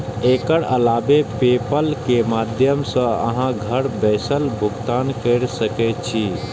एकर अलावे पेपल के माध्यम सं अहां घर बैसल भुगतान कैर सकै छी